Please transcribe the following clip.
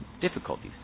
difficulties